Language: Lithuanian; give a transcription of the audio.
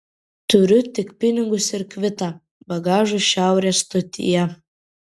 turiu tik pinigus ir kvitą bagažui šiaurės stotyje